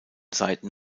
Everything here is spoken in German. seiten